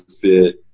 Fit